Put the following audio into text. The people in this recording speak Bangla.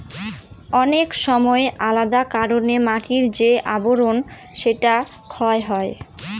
অনেক সময় আলাদা কারনে মাটির যে আবরন সেটা ক্ষয় হয়